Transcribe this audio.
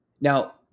Now